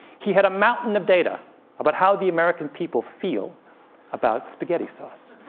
he had a mountain of data about how the american people feel about spaghetti sauce.